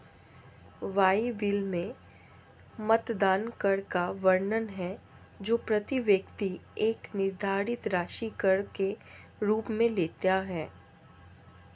Bible में मतदान कर का वर्णन है जो प्रति व्यक्ति एक निर्धारित राशि कर के रूप में लेता है